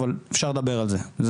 אבל אפשר לדבר על זה,